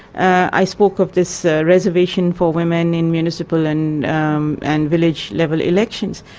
i spoke of this reservation for women in municipal and um and village level elections.